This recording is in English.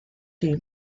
team